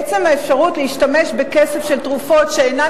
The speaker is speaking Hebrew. עצם האפשרות להשתמש בכסף של תרופות שאינן